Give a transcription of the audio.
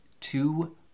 two